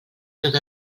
tot